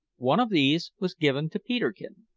one of these was given to peterkin,